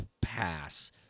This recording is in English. pass